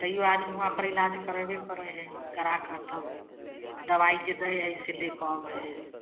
तैओ आदमी हुआँपर इलाज करेबे करै हइ करा कऽ तब दवाइ जे दै हइ से लऽ कऽ आबै हइ